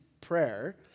prayer